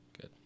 Good